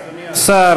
רגע, אדוני השר.